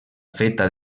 feta